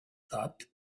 thought